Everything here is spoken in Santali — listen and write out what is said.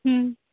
ᱦᱩᱸ